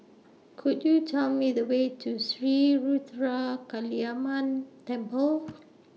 Could YOU Tell Me The Way to Sri Ruthra Kaliamman Temple